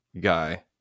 guy